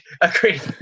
Agreed